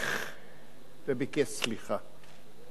ברך וביקש סליחה.